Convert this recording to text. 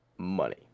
money